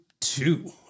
two